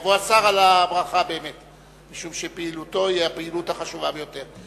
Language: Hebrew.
יבוא השר על הברכה משום שפעילותו היא הפעילות החשובה ביותר.